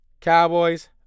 Cowboys